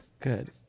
good